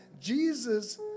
Jesus